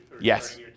Yes